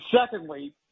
secondly